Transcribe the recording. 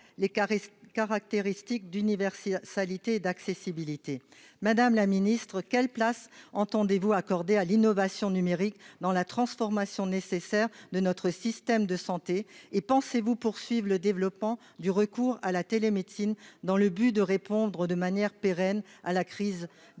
caractéristique d'université s'aliter d'accessibilité, madame la ministre, quelle place, entendez-vous accorder à l'innovation numérique dans la transformation nécessaire de notre système de santé et pensez-vous poursuivent le développement du recours à la télémédecine dans le but de répondre de manière pérenne à la crise des urgences